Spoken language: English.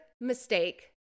mistake